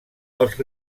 els